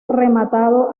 rematado